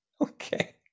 okay